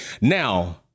Now